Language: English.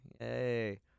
Yay